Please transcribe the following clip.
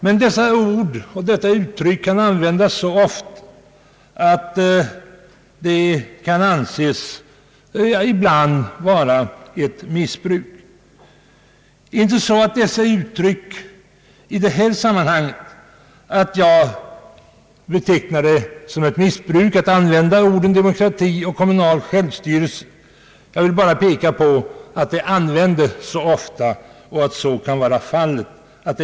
Men dessa ord och detta uttryck kan användas så ofta att det ibland kan bli fråga om ett missbruk. Jag betecknar det inte som ett missbruk att använda orden demokrati och kommunal självstyrelse i detta sammanhang, men jag vill påpeka att de används ofta och alt missbruk kan förekomma.